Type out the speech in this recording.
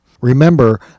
Remember